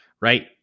right